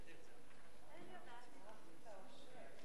עוסק מורשה.